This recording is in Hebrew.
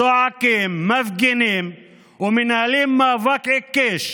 צועקים, מפגינים ומנהלים מאבק עיקש